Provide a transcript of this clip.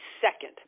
second